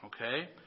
Okay